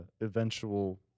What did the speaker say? eventual